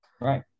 Right